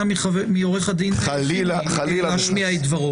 בינתיים אתה מונע מעו"ד חימי להשמיע את דברו.